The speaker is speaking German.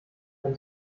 man